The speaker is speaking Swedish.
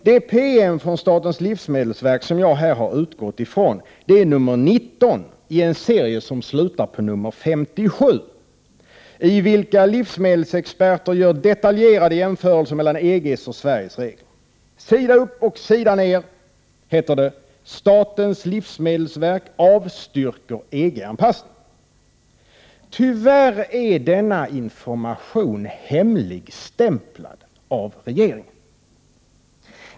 Den PM från statens livsmedelsverk jag här har utgått ifrån är nr 19 i en serie som slutar på nr 57, där livsmedelsexperter gör detaljerade jämförelser mellan EG:s och Sveriges regler. Sida upp och sida ner heter det: Statens livsmedelsverk avstyrker EG-anpassning. Tyvärr är denna information hemligstämplad av regeringen!